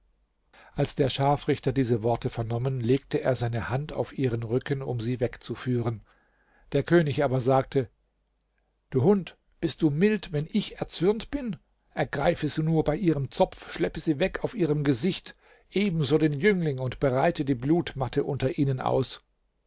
als der scharfrichter diese worte vernommen legte er seine hand auf ihren rücken um sie wegzuführen der könig aber sagte du hund bist du mild wenn ich erzürnt bin ergreife sie nur bei ihrem zopf schleppe sie weg auf ihrem gesicht ebenso den jüngling und breite die blutmatte unter ihnen aus